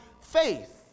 faith